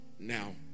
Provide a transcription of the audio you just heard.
Now